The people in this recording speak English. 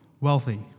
wealthy